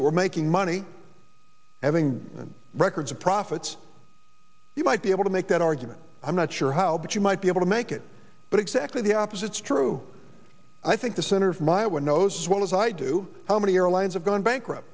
that were making money having been records of profits you might be able to make that argument i'm not sure how but you might be able to make it but exactly the opposite strew i think the senator from iowa knows well as i do how many airlines have gone bankrupt